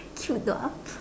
cute dwarf